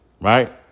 right